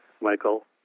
Michael